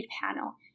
panel